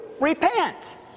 repent